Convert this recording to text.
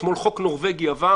אתמול חוק נורבגי עבר